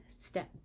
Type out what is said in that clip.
step